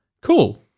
cool